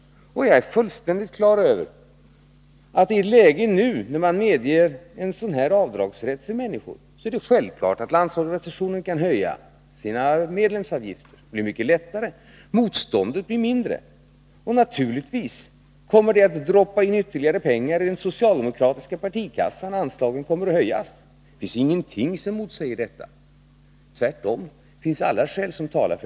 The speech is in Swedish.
Jag är fullständigt på det klara med att LO i ett läge där man medger en sådan här avdragsrätt för människor kan höja sina medlemsavgifter. Motståndet mot sådana höjningar blir då mycket mindre. Och naturligtvis kommer det att droppa in ytterligare pengar i den socialdemokratiska partikassan genom att anslagen kommer att höjas. Det finns ingenting som motsäger detta. Tvärtom talar alla skäl för det.